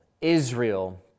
Israel